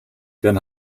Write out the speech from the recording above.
dann